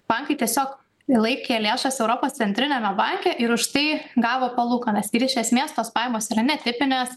bankai tiesiog laikė lėšas europos centriniame banke ir už tai gavo palūkanas ir iš esmės tos pajamos yra netipinės